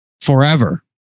forever